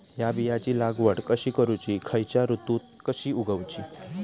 हया बियाची लागवड कशी करूची खैयच्य ऋतुत कशी उगउची?